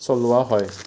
চলোৱা হয়